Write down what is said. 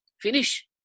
finish